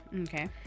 Okay